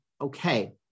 okay